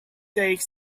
take